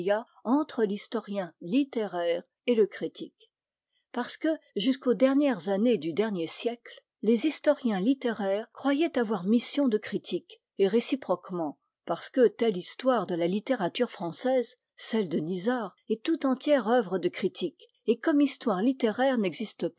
entre l'historien littéraire et le critique parce que jusqu'aux dernières années du dernier siècle les historiens littéraires croyaient avoir mission de critique et réciproquement parce que telle histoire de la littérature française celle de nisard est tout entière œuvre de critique et comme histoire littéraire